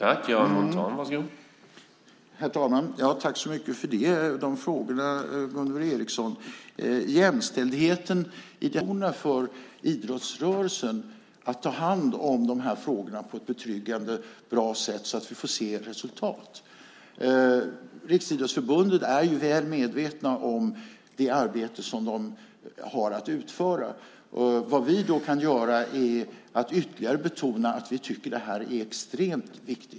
Herr talman! Tack så mycket för de frågorna, Gunvor Ericson! Vad regeringen kan göra när det gäller jämställdheten på det här området är att stimulera och betona för idrottsrörelsen att ta hand om de här frågorna på ett betryggande och bra sätt så att vi får se resultat. På Riksidrottsförbundet är de väl medvetna om det arbete som de har att utföra. Vad vi då kan göra är att ytterligare betona att vi tycker att det här är extremt viktigt.